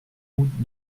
route